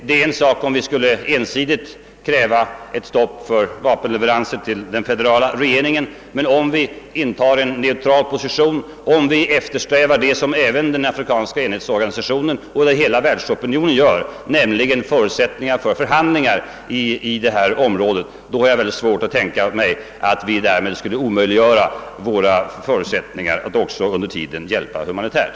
Det är en sak, om vi skulle ensidigt kräva ett stopp för vapenleveranser till den federala regeringen, men om vi intar en neutral position och eftersträvar vad även den afrikanska enhetsorganisationen och hela världsopinionen önskar, förutsättningar för förhandlingar, har jag svårt att tänka mig att vi därmed skulle omintetgöra våra möjligheter att också under tiden hjälpa humanitärt.